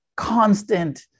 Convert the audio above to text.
constant